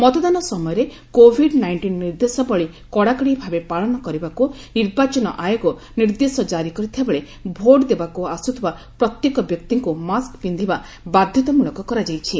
ମତଦାନ ସମୟରେ Covid nineteen ନିର୍ଦ୍ଦେଶାବଳୀ କଡ଼ାକଡ଼ି ଭାବେ ପାଳନ କରିବାକୁ ନିର୍ବାଚନ ଆୟୋଗ ନିର୍ଦ୍ଦେଶ ଜାରି କରିଥିବାବେଳେ ଭୋଟ୍ ଦେବାକୁ ଆସୁଥିବା ପ୍ରତ୍ୟେକ ବ୍ୟକ୍ତିଙ୍କୁ ମାସ୍କ ପିନ୍ଧିବା ବାଧ୍ୟତାମୂଳକ କରାଯାଇଛି